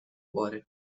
cuore